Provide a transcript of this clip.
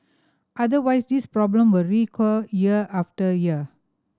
otherwise this problem will recur year after year